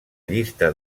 llista